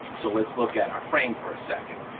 so let's look at our frame for a second,